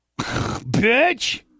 Bitch